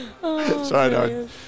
Sorry